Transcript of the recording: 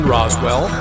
Roswell